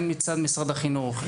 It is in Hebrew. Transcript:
הן מצד משרד החינוך,